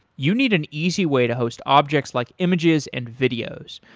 you need an easy way to host objects like images and videos.